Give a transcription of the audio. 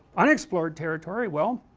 unexplored territory, well